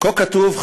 כה כתוב,